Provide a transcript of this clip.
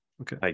Okay